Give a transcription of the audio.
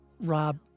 Rob